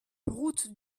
route